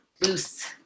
loose